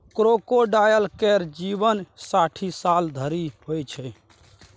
crocodile केर जीबन साठि साल धरि होइ छै